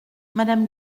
madame